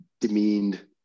demeaned